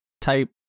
type